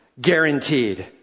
guaranteed